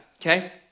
Okay